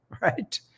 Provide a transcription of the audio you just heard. right